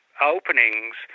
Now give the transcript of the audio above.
openings